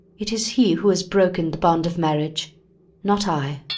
it is he who has broken the bond of marriage not i.